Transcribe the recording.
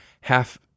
half